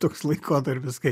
toks laikotarpis kai